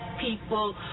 people